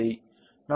நாம் பெறுவது 4